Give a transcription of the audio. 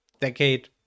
decade